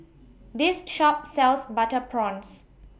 This Shop sells Butter Prawns